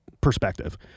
perspective